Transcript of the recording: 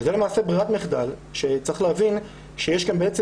וזה למעשה ברירת מחדל שצריך להבין שיש כאן בעצם